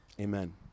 amen